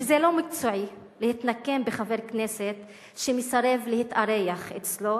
שזה לא מקצועי להתנקם בחבר כנסת שמסרב להתארח אצלו,